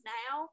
now